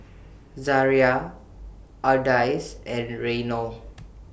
Zariah Ardyce and Reynold